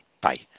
Bye